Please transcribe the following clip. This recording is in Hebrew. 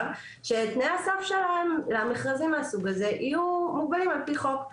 שתנאי הסף שלהן למכרזים מהסוג הזה יהיו מוגבלים על פי חוק.